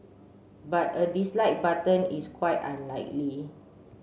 but a dislike button is quite unlikely